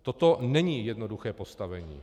Toto není jednoduché postavení.